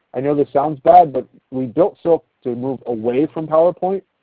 i know this sounds bad but we built silk to move away from power point,